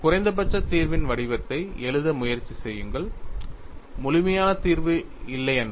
குறைந்தபட்ச தீர்வின் வடிவத்தை எழுத முயற்சி செய்யுங்கள் முழுமையான தீர்வு இல்லையென்றால்